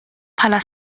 bħala